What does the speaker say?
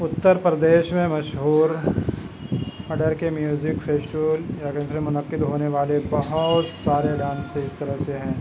اتر پردیش میں مشہور کے میوزک فیسٹیول منعقد ہونے والے بہت سارے ڈانس اس طرح سے ہیں